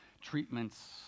treatments